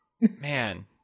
man